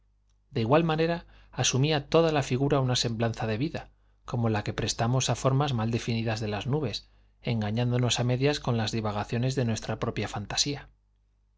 de igual manera asumía toda la figura una semblanza de vida como la que prestamos a formas mal definidas de las nubes engañándonos a medias con las divagaciones de nuestra propia fantasía si